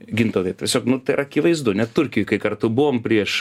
gintautai tiesiog nu tai yra akivaizdu net turkijoj kai kartu buvom prieš